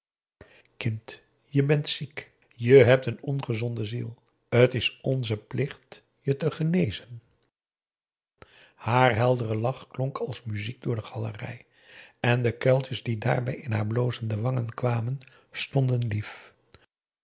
kind je bent ziek je hebt een ongezonde ziel t is onze plicht je te genezen haar heldere lach klonk als muziek door de galerij en de kuiltjes die daarbij in haar blozende wangen kwamen stonden lief